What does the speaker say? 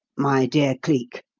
my dear cleek.